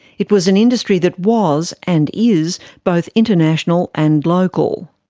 it was an industry that was, and is, both international and local.